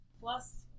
Plus